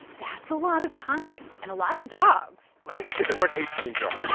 that's a lot of times and a lot of dogs like ok. there weren't eighteen dogs